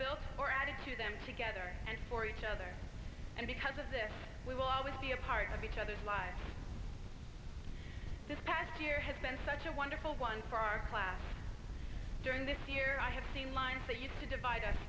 built or added to them together and for each other and because of this we will always be a part of because i live this past year has been such a wonderful one for our class during this year i have seen lines that used to divide us